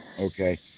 Okay